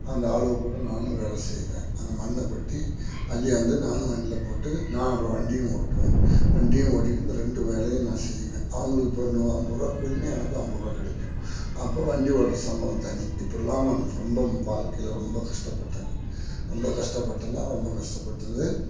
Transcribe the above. அந்த ஆளுக கூட நானும் வேலை செய்வேன் அந்த மண்ணை கொட்டி அள்ளியாந்து நானும் வண்டியில் போட்டு நானும் அப்பறம் வண்டியும் ஓட்டுவேன் வண்டியும் ஓட்டிகிட்டு இந்த ரெண்டு வேலையும் நான் செய்வேன் அவங்களுக்கு பண்ணுவேன் ஐம்பதுரூவா எனக்கும் ஐம்பதுரூவா கிடைக்கும் அப்போது வண்டி ஓட்டுற சம்பளம் தனி இப்பட்லாம் நானு ரொம்பம் வாழ்க்கையில் ரொம்ப கஸ்டப்பட்டேங்க ரொம்ப கஸ்டப்பட்டேங்க ரொம்ப கஸ்டப்பட்டுருந்து